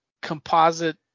composite